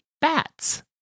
Bats